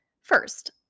First